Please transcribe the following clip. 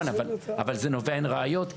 אבל אז אין ראיות,